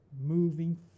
Moving